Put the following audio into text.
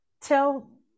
Tell